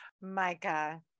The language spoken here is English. Micah